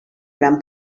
gran